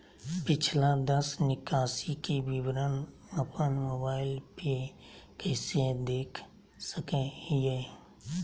पिछला दस निकासी के विवरण अपन मोबाईल पे कैसे देख सके हियई?